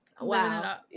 Wow